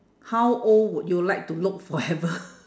how old would you like to look forever